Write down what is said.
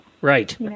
Right